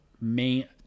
main